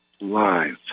live